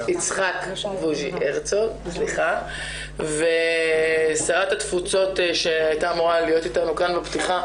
יצחק הרצוג ושרת התפוצות שהייתה אמורה להיות אתנו כאן בפתיחה.